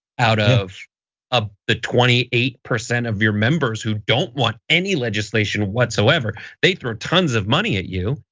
out of ah the twenty eight percent of your members who don't want any legislation whatsoever. they throw tons of money at you.